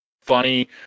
Funny